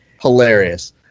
hilarious